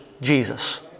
Jesus